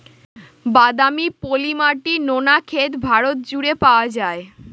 বাদামি, পলি মাটি, নোনা ক্ষেত ভারত জুড়ে পাওয়া যায়